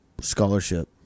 Scholarship